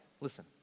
listen